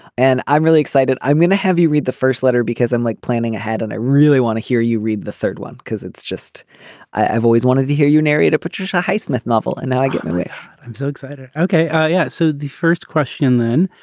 and i'm really excited i'm going to have you read the first letter because i'm like planning ahead and i really want to hear you read the third one because it's just i've always wanted to hear your narrator patricia highsmith novel and now i get it i'm so excited. okay yeah. yeah so the first question then